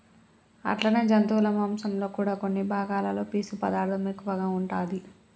అట్లనే జంతువుల మాంసంలో కూడా కొన్ని భాగాలలో పీసు పదార్థం ఎక్కువగా ఉంటాది